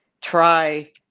Try